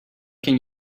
can